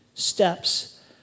steps